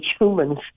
humans